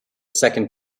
second